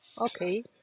Okay